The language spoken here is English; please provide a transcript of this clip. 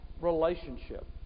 relationship